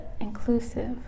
inclusive